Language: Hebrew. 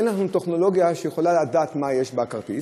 אין לנו טכנולוגיה שיכולה לדעת מה יש בכרטיס.